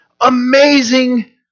Amazing